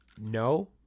No